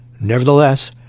Nevertheless